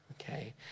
okay